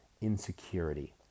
insecurity